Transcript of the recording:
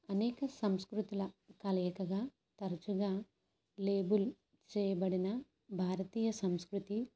అనేక సంస్కృతుల కలయికగా తరచుగా లేబల్ చేయబడిన భారతీయ సంస్కృతి